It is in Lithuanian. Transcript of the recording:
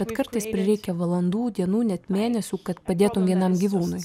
bet kartais prireikia valandų dienų net mėnesių kad padėtum vienam gyvūnui